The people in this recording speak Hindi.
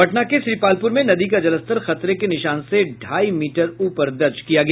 पटना के श्रीपालपूर में नदी का जलस्तर खतरे के निशान से ढाई मीटर ऊपर दर्ज किया गया